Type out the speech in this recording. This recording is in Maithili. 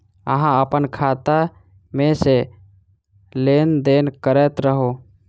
अहाँ अप्पन खाता मे सँ लेन देन करैत रहू?